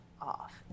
off